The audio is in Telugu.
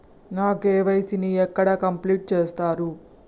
నా కే.వై.సీ ని ఎక్కడ కంప్లీట్ చేస్తరు?